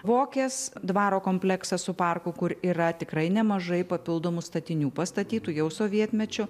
vokės dvaro kompleksą su parku kur yra tikrai nemažai papildomų statinių pastatytų jau sovietmečiu